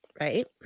Right